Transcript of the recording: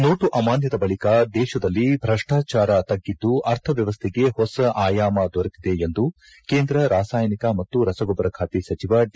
note ಅಮಾನ್ಯದ ಬಳಿಕ ದೇಶದಲ್ಲಿ ಭೃಷ್ಟಾಚಾರ ತಗಿದ್ದು ಅರ್ಥವ್ಯವಸ್ಥೆಗೆ ಹೊಸ ಆಯಾಮ ದೊರೆತಿದೆ ಎಂದು ಕೇಂದ್ರ ರಾಸಾಯನಿಕ ಮತ್ತು ರಸಗೊಬ್ಬರ ಖಾತೆ ಸಚಿವ ಡಿ